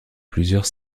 plusieurs